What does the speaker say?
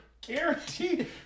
guaranteed